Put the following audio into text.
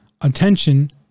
attention